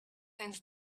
since